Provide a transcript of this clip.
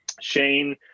shane